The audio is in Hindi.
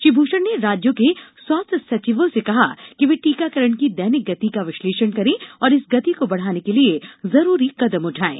श्री भूषण ने राज्यों के स्वास्थ्य सचिवों से कहा कि वे टीकाकरण की दैनिक गति का विश्लेषण करें और इस गति को बढ़ाने के लिए जरूरी कदम उठाएं